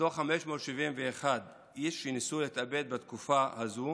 מתוך 571 איש שניסו להתאבד בתקופה הזו